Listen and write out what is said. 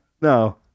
No